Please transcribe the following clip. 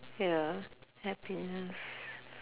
ya happiness